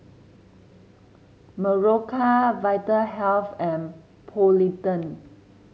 Berocca Vitahealth and Polident